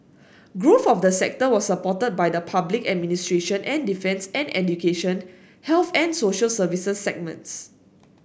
growth of the sector was supported by the public administration and defence and education health and social services segments